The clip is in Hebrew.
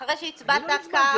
אחרי שהצבעת על כך,